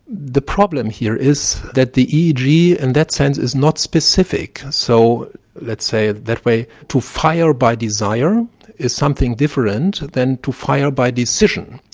the problem here is that the eeg in and that sense is not specific, so let's say that way, to fire by desire is something different than to fire by decision.